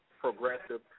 progressive